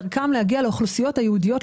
דרכם נוכל להגיע לאוכלוסיות הייעודיות,